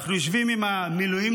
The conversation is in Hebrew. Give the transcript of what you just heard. אנחנו יושבים עם המילואימניקים,